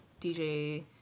DJ